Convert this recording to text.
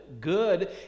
Good